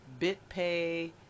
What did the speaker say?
BitPay